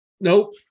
Nope